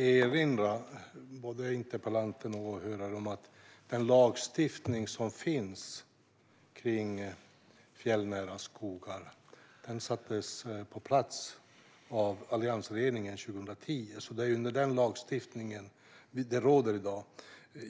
erinra både interpellanten och åhörare om att den lagstiftning som finns om fjällnära skogar sattes på plats av alliansregeringen 2010. Det är den lagstiftningen som råder i dag.